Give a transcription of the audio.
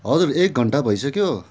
हजुर एक घन्टा भइसक्यो